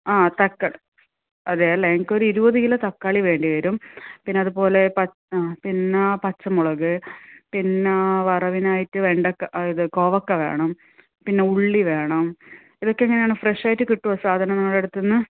ആ തക്കള് അതെ അല്ലേ എനിക്കൊരു ഇരുപത് കിലോ തക്കാളി വേണ്ടി വരും പിന്നെ അതുപോലെ പച് പിന്നെ പച്ചമുളക് പിന്നെ വറവിനായിട്ട് വേണ്ട ഇത് കോവയ്ക്ക വേണം പിന്നെ ഉള്ളി വേണം ഇതൊക്കെ എങ്ങനെയാണ് ഫ്രഷ് ആയിട്ട് കിട്ടുമോ സാധനങ്ങൾ നിങ്ങളുടെ അടുത്തുനിന്ന്